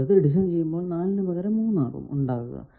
ചിലതു ഡിസൈൻ ചെയ്യുമ്പോൾ 4 നു പകരം 3 ആകും ഉണ്ടാകുക